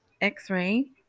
X-Ray